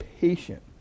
patient